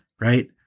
right